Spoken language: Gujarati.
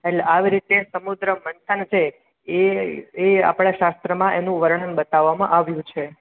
એટલે આવી રીતે સમુદ્ર મંથન છે એ એ આપણા શાસ્ત્રમાં એનું વર્ણન બતાવામાં આવ્યું છે